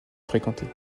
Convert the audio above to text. fréquenté